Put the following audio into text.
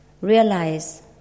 realize